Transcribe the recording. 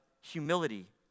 humility